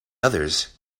others